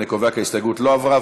אני קובע כי ההסתייגות לא עברה.